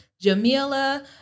Jamila